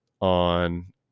on